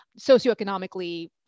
socioeconomically